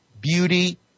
beauty